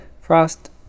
frost